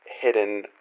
hidden